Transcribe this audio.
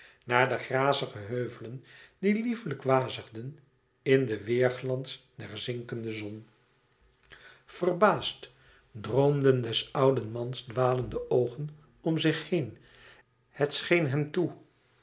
naar de grazige heuvelen die lieflijk wazigden in den weêrglans der zinkende zon verbaasd droomden des ouden mans dwalende oogen om zich heen het scheen hem toe